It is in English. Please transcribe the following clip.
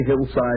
hillside